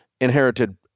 inherited